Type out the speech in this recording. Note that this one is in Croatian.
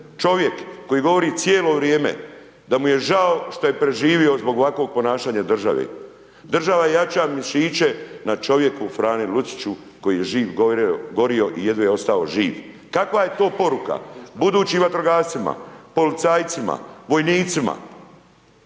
čovjek koji govori cijelo vrijeme da mu je žao što je preživio zbog ovakvog ponašanja državi. Država jača mišiće na čovjeku Frani Luciću koji je živ gorio i jedva je ostao poruka budućim vatrogascima, policajcima, vojnicima?